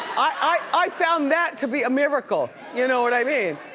i found that to be a miracle, you know what i mean?